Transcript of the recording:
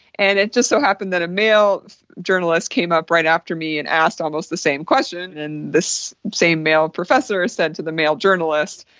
and it just so happened that a male journalist came up right after me and asked almost the same question and this same male professor said to the male journalist,